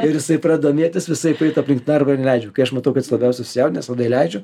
ir jisai pradeda domėtis visaip eiti aplink narvą ir leidžiu kai aš matau kad jis labiau susijaudinęs leidžiu